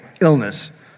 illness